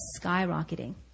skyrocketing